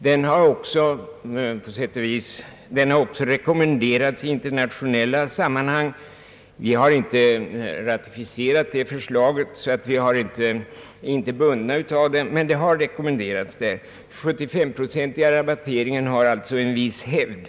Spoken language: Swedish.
Denna rabattering har också rekommenderats i internationella sammanhang, även om Sverige inte ratificerat förslaget och vi alltså inte är bundna. Den 75-procentiga rabatteringen har följaktligen en viss hävd.